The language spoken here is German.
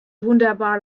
wunderbar